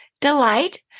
delight